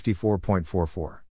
54.44